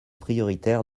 prioritaires